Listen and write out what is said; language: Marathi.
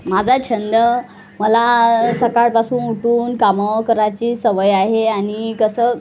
माझा छंद मला सकाळपासून उठून कामं करायची सवय आहे आणि कसं